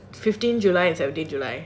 fifteen july and seventeen july